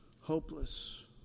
hopeless